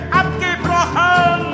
abgebrochen